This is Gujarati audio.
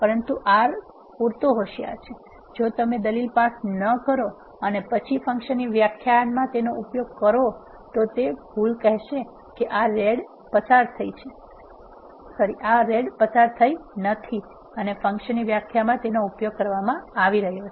પરંતુ R પૂરતો હોશિયાર છે જો તમે દલીલ પાસ ન કરો અને પછી ફંકશનની વ્યાખ્યામાં તેનો ઉપયોગ કરો તો તે ભૂલ કહેશે કે આ રેડ પસાર થઈ નથી અને ફંક્શનની વ્યાખ્યામાં તેનો ઉપયોગ કરવામાં આવી રહ્યો છે